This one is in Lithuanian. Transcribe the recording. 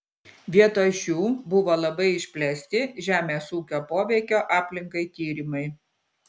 vietoj šių buvo labai išplėsti žemės ūkio poveikio aplinkai tyrimai